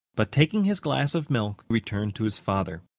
but taking his glass of milk returned to his father.